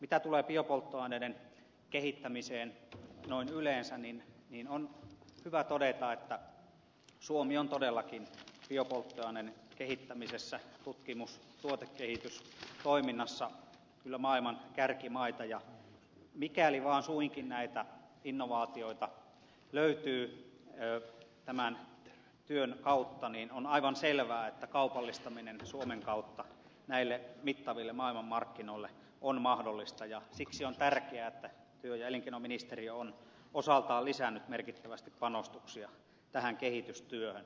mitä tulee biopolttoaineiden kehittämiseen noin yleensä niin on hyvä todeta että suomi on todellakin biopolttoaineiden kehittämisessä tutkimus ja tuotekehitystoiminnassa kyllä maailman kärkimaita ja mikäli vaan suinkin näitä innovaatioita löytyy tämän työn kautta niin on aivan selvää että kaupallistaminen suomen kautta näille mittaville maailmanmarkkinoille on mahdollista ja siksi on tärkeää että työ ja elinkeinoministeriö on osaltaan lisännyt merkittävästi panostuksia tähän kehitystyöhön